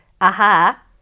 Aha